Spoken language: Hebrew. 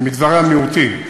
במגזרי המיעוטים.